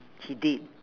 he did